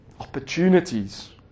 Opportunities